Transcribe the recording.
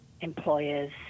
employers